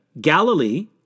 Galilee